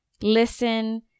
listen